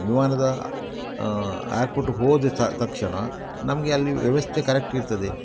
ವಿಮಾನದ ಏರ್ಪೋರ್ಟ್ಗೆ ಹೋದ ತಕ್ಷಣ ನಮಗೆ ಅಲ್ಲಿ ವ್ಯವಸ್ಥೆ ಕರೆಕ್ಟಿರ್ತದೆ